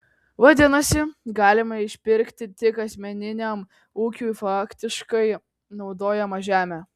vadinasi galima išpirkti tik asmeniniam ūkiui faktiškai naudojamą žemę